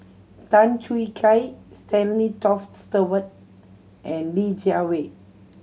Tan Choo Kai Stanley Toft Stewart and Li Jiawei